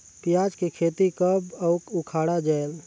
पियाज के खेती कब अउ उखाड़ा जायेल?